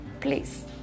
please